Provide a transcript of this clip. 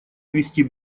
вести